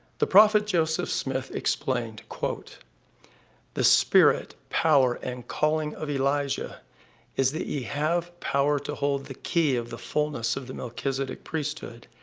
the prophet joseph smith explained the spirit, power, and calling of elijah is, that ye have power to hold the key of the. fullness of the melchizedek priesthood.